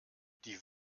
die